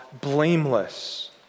blameless